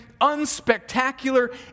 unspectacular